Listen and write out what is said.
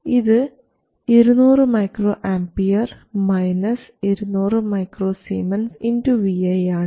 ഇത് 200 µA 200 µS vi ആണ്